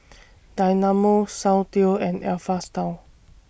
Dynamo Soundteoh and Alpha Style